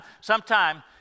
Sometime